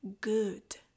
good